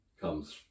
comes